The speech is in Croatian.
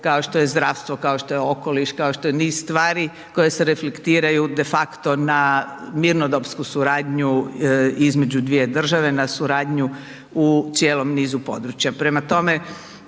kao što je zdravstvo, kao što je okoliš, kao što je niz stvari koje se reflektiraju de facto na mirnodopsku suradnju između dvije države, na suradnju na cijelom nizu područja.